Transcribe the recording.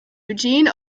eugene